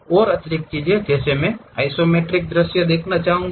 और अतिरिक्त चीजें होंगी जैसे मैं आइसोमेट्रिक दृश्य देखना चाहूंगा